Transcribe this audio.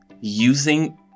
using